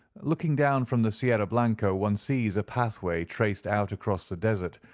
looking down from the sierra blanco, one sees a pathway traced out across the desert,